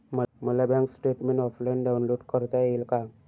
मला bank statement offline download करता येईल का?